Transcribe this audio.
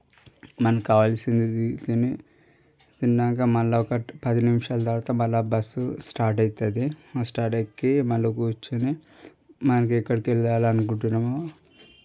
మనకు కావాల్సింది తిని తిన్నాక మళ్ళీ ఒకటి పది నిమిషాల తరువాత మళ్ళీ బస్సు స్టార్ట్ అవుతుంది స్టార్ట్ ఎక్కి కూర్చోని మళ్ళీ ఎక్కడకి వెళ్లాలి అనుకుంటున్నామో